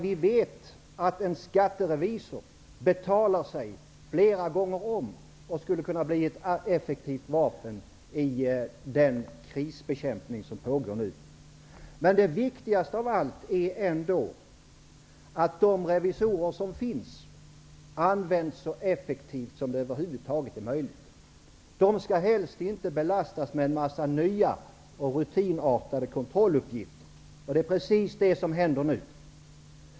Vi vet att en skatterevisor betalar sig flera gånger om och skulle kunna bli ett effektivt vapen i den krisbekämpning som nu pågår. Det viktigaste av allt är ändå att de revisorer som finns används så effektivt som det över huvud taget är möjligt. De skall helst inte belastas med nya och rutinartade kontrolluppgifter. Det är precis det som händer nu.